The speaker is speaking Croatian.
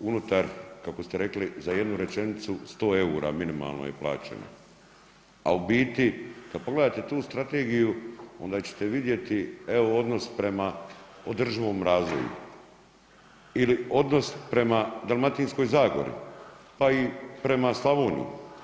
unutar kako ste rekli za jednu rečenicu 100 EUR-a minimalno je plaćeno, a u biti kad pogledate tu strategiju onda ćete vidjeti evo odnos prema održivom razvoju ili odnos prema Dalmatinskoj zagori, pa i prema Slavoniji.